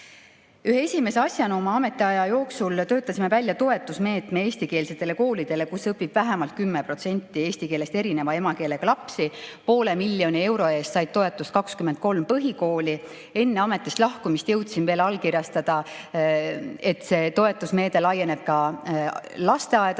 esimese asjana oma ametiaja jooksul töötasime välja toetusmeetme eestikeelsetele koolidele, kus õpib vähemalt 10% eesti keelest erineva emakeelega lapsi. Poole miljoni euro eest said toetust 23 põhikooli. Enne ametist lahkumist jõudsin veel allkirjastada [dokumendi], et see toetusmeede laieneb ka lasteaedadele,